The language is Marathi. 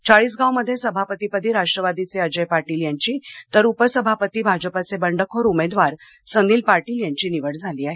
चाळिसगावमध्ये सभापती पदी राष्ट्रवादीचे अजय पाटील यांची तर उपसभापतीपदी भाजपाचे बंडखोर उमेदवार सनील पाटील यांची निवड झाली आहे